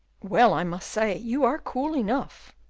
well, i must say, you are cool enough.